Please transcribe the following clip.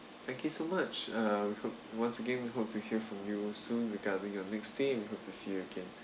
thank you so much uh fro~ once again we hope to hear from you soon regarding your next stay and hope to see you again